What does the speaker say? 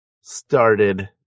started